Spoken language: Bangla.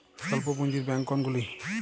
স্বল্প পুজিঁর ব্যাঙ্ক কোনগুলি?